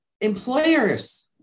employers